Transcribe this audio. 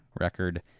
record